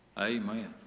amen